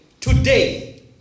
Today